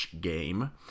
game